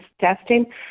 testing